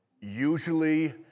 usually